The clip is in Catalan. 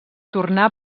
tornar